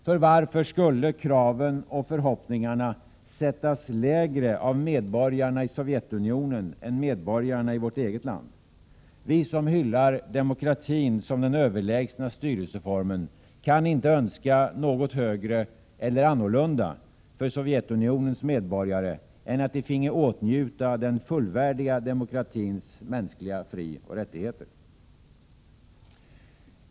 För varför skulle kraven och förhoppningarna sättas lägre av medborgarna i Sovjetunionen än av medborgarna i vårt eget land? Vi som hyllar demokratin som den överlägsna styrelseformen kan inte önska något högre eller annorlunda för Sovjetunionens medborgare än att de finge åtnjuta den fullvärdiga demokratins mänskliga frioch rättigheter.